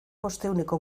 bostehuneko